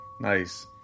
Nice